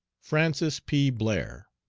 francis p. blair,